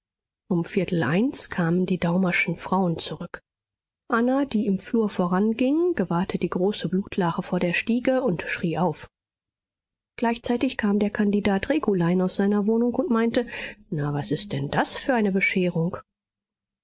um viertel eins kamen die daumerschen frauen zurück anna die im flur voranging gewahrte die große blutlache vor der stiege und schrie auf gleichzeitig kam der kandidat regulein aus seiner wohnung und meinte na was ist denn das für eine bescherung